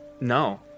no